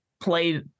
played